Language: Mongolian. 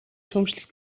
шүүмжлэх